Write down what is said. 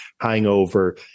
hangover